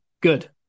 good